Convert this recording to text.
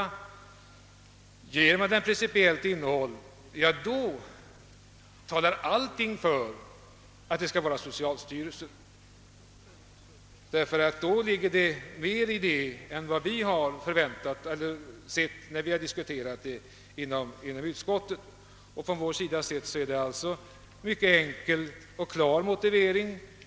Om man ger den ett principiellt innehåll, talar allting för att namnet skall vara socialstyrelsen. För oss är det alltså en mycket enkel och klar motivering.